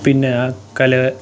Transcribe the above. പിന്നേ കലയെ